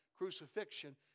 crucifixion